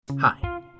hi